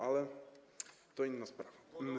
Ale to inna sprawa.